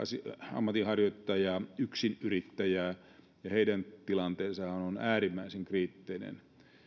ammatinharjoittajaa yksinyrittäjää ja heidän tilanteensahan on äärimmäisen kriittinen